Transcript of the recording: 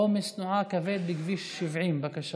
עומס תנועה כבד בכביש 70. בבקשה.